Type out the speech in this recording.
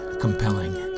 compelling